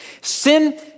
Sin